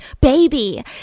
baby